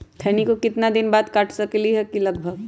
खैनी को कितना दिन बाद काट सकलिये है लगभग?